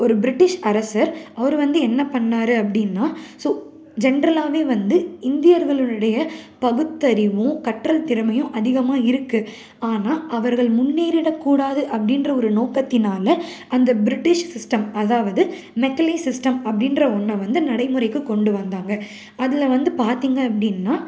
ஒரு பிரிட்டிஷ் அரசர் அவரு வந்து என்ன பண்ணார் அப்படின்னா ஸோ ஜென்ரலாகவே வந்து இந்தியர்களினுடைய பகுத்தறிவும் கற்றல் திறமையும் அதிகமாக இருக்கு ஆனால் அவர்கள் முன்னேறிவிடக்கூடாது அப்படின்ற ஒரு நோக்கத்தினால் அந்த பிரிட்டிஷ் சிஸ்டம் அதாவது மெக்கலே சிஸ்டம் அப்படின்ற ஒன்றை வந்து நடைமுறைக்கு கொண்டு வந்தாங்க அதில் வந்து பார்த்திங்க அப்படின்னா